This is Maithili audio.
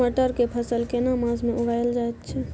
मटर के फसल केना मास में उगायल जायत छै?